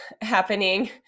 happening